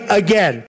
again